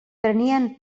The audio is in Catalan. prenien